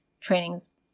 trainings